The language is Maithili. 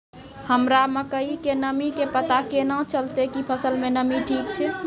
हमरा मकई के नमी के पता केना चलतै कि फसल मे नमी ठीक छै?